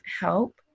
help